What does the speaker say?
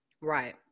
right